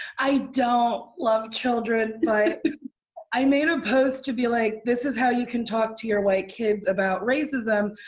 i don't love children, but i made a post to be like, this is how you can talk to your white kids about racism.